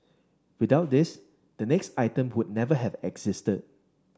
without this the next item would never have existed